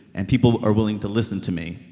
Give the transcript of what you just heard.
and people are willing to listen to me.